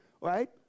right